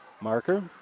Marker